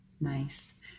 nice